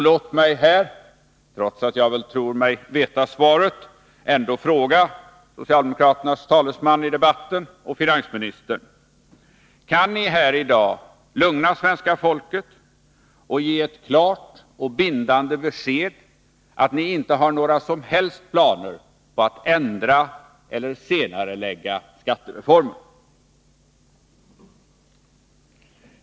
Låt mig, trots att jag tror mig veta svaret, fråga socialdemokraternas talesman i debatten och finansministern: Kan ni här i dag lugna svenska folket och ge ett klart och bindande besked, att ni inte har några som helst planer på att ändra eller senarelägga marginalskattereformen?